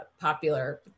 popular